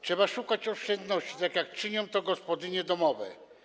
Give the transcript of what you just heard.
Trzeba szukać oszczędności, tak jak czynią to gospodynie domowe.